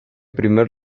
primer